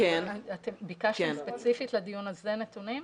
ביקשתם ספציפית לדיון הזה נתונים?